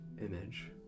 image